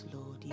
Lord